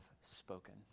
spoken